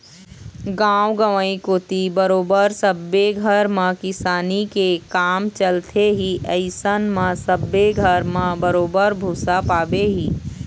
गाँव गंवई कोती बरोबर सब्बे घर म किसानी के काम चलथे ही अइसन म सब्बे घर म बरोबर भुसा पाबे ही